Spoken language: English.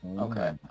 Okay